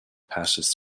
passes